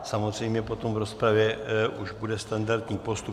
Samozřejmě potom v rozpravě už bude standardní postup.